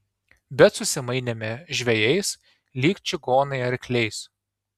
bet susimainėme žvejais lyg čigonai arkliais